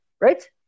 right